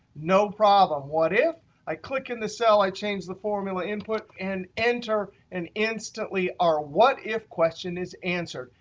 no problem. what if i click in the cell? i change the formula input, and enter. and instantly, our what if question is answered.